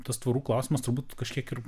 tas tvorų klausimas turbūt kažkiek ir